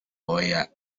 oya